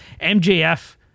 MJF